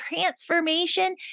transformation